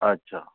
अच्छा